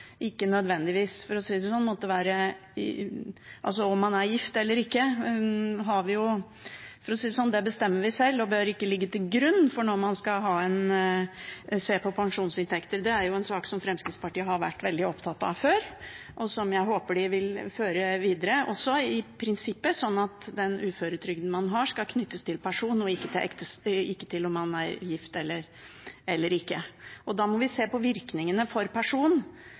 Om man er gift eller ikke, bestemmer man sjøl – for å si det sånn – og det bør ikke ligge til grunn når man skal se på pensjonsinntekter. Det er jo en sak som Fremskrittspartiet har vært veldig opptatt av før, og som jeg i prinsippet også håper de vil føre videre, sånn at den uføretrygden man har, skal knyttes til person og ikke til om man er gift eller ikke. Da må vi se på virkningene for